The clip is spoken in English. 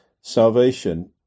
salvation